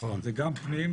זה גם פנים,